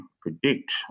predict